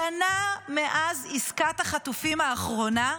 שנה מאז עסקת החטופים האחרונה,